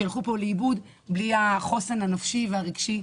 שילכו פה לאיבוד בלי החוסן הנפשי והרגשי.